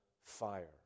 fire